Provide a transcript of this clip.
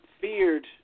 feared